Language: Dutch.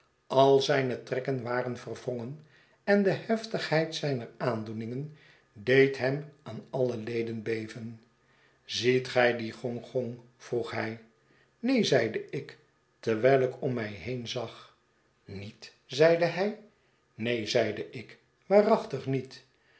al ztjne trekken waren verwrongen en de hevigheid zijner aandoeningen deed hem aan alle leden beven ziet gij dien gong gong vroeg hij neen zeide ik terwijl ik pm mij heen zag niet zeide hij neen zeide ik waarachtig niet